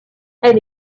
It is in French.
elle